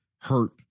hurt